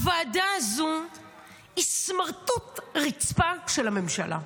הוועדה הזו היא סמרטוט רצפה של הממשלה,